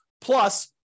plus